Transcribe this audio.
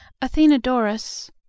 Athenodorus